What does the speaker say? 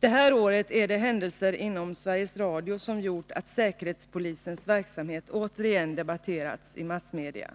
Det här året är det händelser inom Sveriges Radio som gjort att säkerhetspolisens verksamhet återigen debatterats i massmedia.